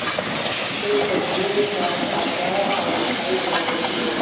कुछ सब्जियों का अचार और मिठाई बनाई जाती है